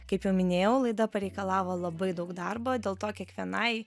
kaip jau minėjau laida pareikalavo labai daug darbo dėl to kiekvienai